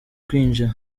kwinjira